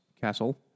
castle